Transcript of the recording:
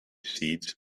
seeds